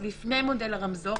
עוד לפני מודל הרמזור,